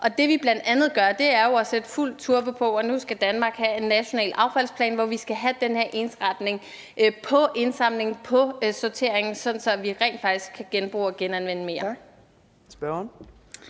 det, vi blandt andet gør, er jo at sætte fuld turbo på. Nu skal Danmark have en national affaldsplan, hvor vi skal have den her ensretning i forhold til indsamling og sortering, så vi rent faktisk kan genbruge og